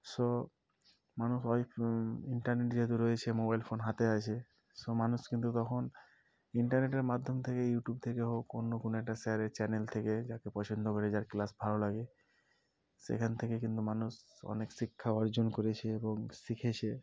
so মানুষ অই internet যেহেতু রয়েছে মোবাইল ফোন হাতে আছে সো মানুষ কিন্তু তখন ইন্টারনেটের মাধ্যম থেকে ইউটিউব থেকে হোক অন্য কোনো একটা শেয়ারের চ্যানেল থেকে যাকে পছন্দ করে যার ক্লাস ভালো লাগে সেখান থেকে কিন্তু মানুষ অনেক শিক্ষা অর্জন করেছে এবং শিখেছে